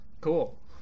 cool